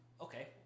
Okay